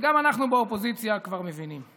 וגם אנחנו באופוזיציה כבר מבינים,